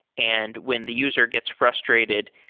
and when the user gets frustrated,